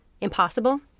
impossible